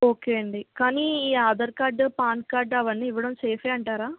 okay అండి కానీ ఈ ఆధార్ కార్డు పాన్ కార్డ్ అవన్నీ ఇవ్వడం సేఫే అంటారా